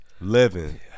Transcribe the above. living